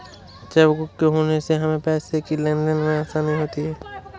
chequebook के होने से हमें पैसों की लेनदेन में आसानी होती हैँ